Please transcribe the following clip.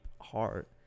heart